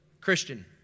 Christian